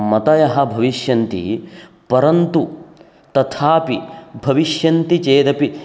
मतयः भविष्यन्ति परन्तु तथापि भविष्यन्ति चेदपि